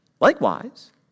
Likewise